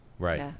Right